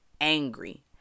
angry